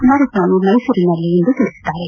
ಕುಮಾರಸ್ವಾಮಿ ಮೈಸೂರಿನಲ್ಲಿಂದು ತಿಳಿಸಿದ್ದಾರೆ